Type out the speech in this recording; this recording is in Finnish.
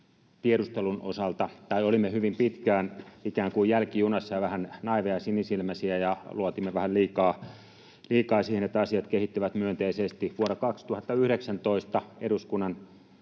tiedustelun osalta hyvin pitkään ikään kuin jälkijunassa ja vähän naiiveja ja sinisilmäisiä ja luotimme vähän liikaa siihen, että asiat kehittyvät myönteisesti. Vuonna 2019 eduskunnan